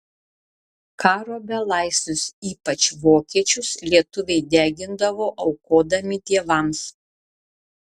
karo belaisvius ypač vokiečius lietuviai degindavo aukodami dievams